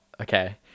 okay